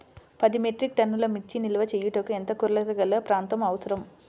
పది మెట్రిక్ టన్నుల మిర్చి నిల్వ చేయుటకు ఎంత కోలతగల ప్రాంతం అవసరం?